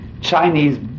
Chinese